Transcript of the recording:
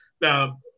Now